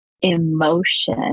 Emotion